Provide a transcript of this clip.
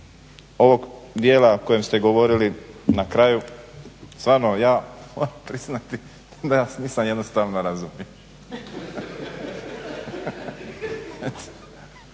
ovog dijela o kojem ste govorili na kraju, stvarno ja moram priznati da vas nisam jednostavno razumio.